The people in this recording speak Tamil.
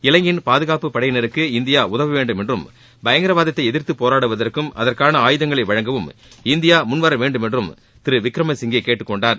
இலங்கையின் பாதுகாப்புப் படையினருக்கு இந்தியா உதவ வேண்டும் என்றும் பயங்கரவாதத்தை எதிர்த்து போராடுவதற்கும் அதற்கான ஆயுதங்களை வழங்கவும் இந்தியா முன்வர வேண்டும் என்றும் திரு விக்ரம சிங்கே கேட்டுக் கொண்டார்